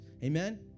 Amen